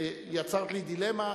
יצרת לי דילמה.